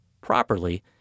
properly